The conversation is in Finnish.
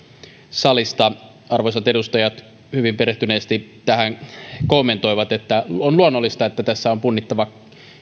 salista arvoisat edustajat hyvin perehtyneesti tähän kommentoivat että on luonnollista että tässä on punnittava